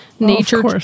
nature